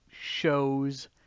shows